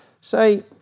Say